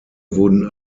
wurden